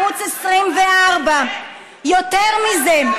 ערוץ 24. יותר מזה,